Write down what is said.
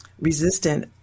resistant